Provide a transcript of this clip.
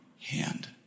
hand